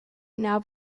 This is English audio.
now